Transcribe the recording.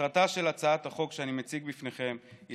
מטרתה של הצעת החוק שאני מציג בפניכם היא